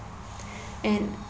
and